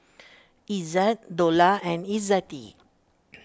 Izzat Dollah and Izzati